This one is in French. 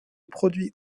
produit